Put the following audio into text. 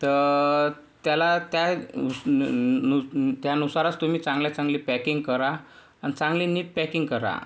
तर त्याला त्या नुसारच तुम्ही चांगल्यात चांगली पॅकिंग करा आणि चांगली नीट पॅकिंग करा